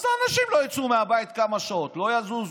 אז האנשים לא יצאו מהבית כמה שעות, לא יזוזו,